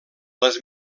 les